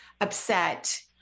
upset